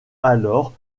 alors